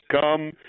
come